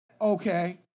Okay